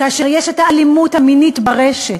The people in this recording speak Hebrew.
כאשר ישנה האלימות המינית ברשת,